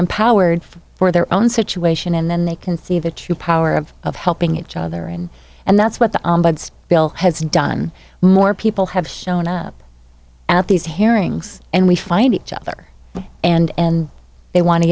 empowered for their own situation and then they can see the true power of of helping each other and and that's what the bill has done more people have shown up at these hearings and we find each other and they want to